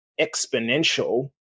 exponential